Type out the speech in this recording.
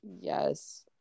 Yes